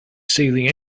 sailing